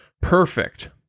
perfect